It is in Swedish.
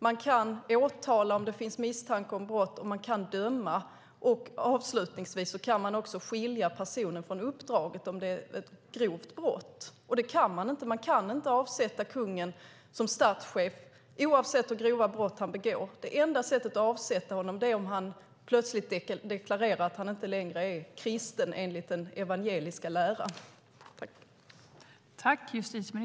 Man kan åtala om det finns misstanke om brott, och man kan döma. Avslutningsvis kan man också skilja personen från uppdraget, om det är ett grovt brott. Man kan inte avsätta kungen som statschef oavsett hur grova brott han begår. Man kan endast avsätta honom om han plötsligt deklarerar att han inte längre är kristen enligt den evangeliska läran.